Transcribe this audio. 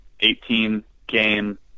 18-game